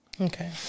Okay